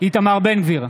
איתמר בן גביר,